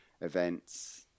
events